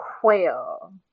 quail